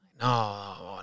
No